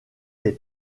des